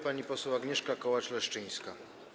Pani poseł Agnieszka Kołacz-Leszczyńska.